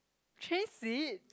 change seat